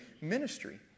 ministry